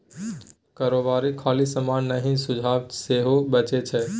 कारोबारी खाली समान नहि सुझाब सेहो बेचै छै